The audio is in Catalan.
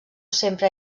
sempre